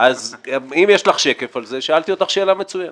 אם יש לך שקף על זה, שאלתי אותך שאלה מצוינת.